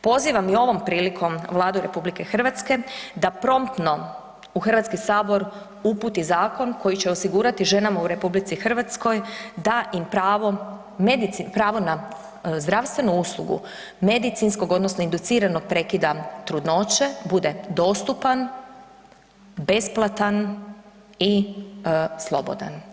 Pozivam i ovom prilikom Vladu RH da promptno u Hrvatski sabor uputi zakon koji će osigurati ženama u RH, da im pravo na zdravstvenu uslugu, medicinskog odnosno induciranog prekida trudnoće bude dostupan, besplatan i slobodan.